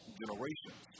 generations